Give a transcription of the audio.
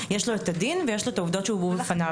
יש לו את הדין ויש לו את העובדות שהובאו בפניו,